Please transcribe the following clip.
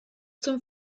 zum